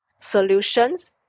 solutions